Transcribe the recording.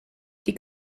die